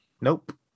Nope